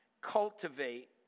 cultivate